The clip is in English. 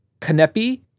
Kanepi